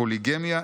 פוליגמיה,